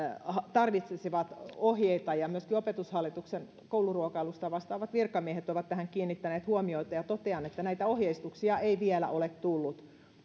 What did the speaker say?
tarvitsisivat ohjeita myöskin opetushallituksen kouluruokailusta vastaavat virkamiehet ovat tähän kiinnittäneet huomiota ja totean että näitä ohjeistuksia ei vielä ole tullut